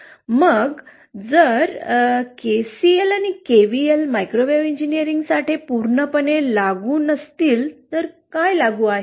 मग जर केसीएल आणि केव्हीएल मायक्रोवेव्ह इंजिनीअरिंगसाठी पूर्णपणे लागू नसतील तर काय लागू आहे